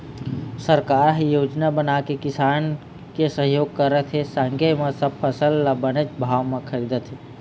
सरकार ह योजना बनाके किसान के सहयोग करत हे संगे म सब फसल ल बनेच भाव म खरीदत हे